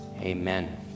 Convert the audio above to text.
amen